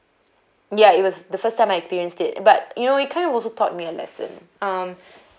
ya it was the first time I experienced it but you know it kind also taught me a lesson um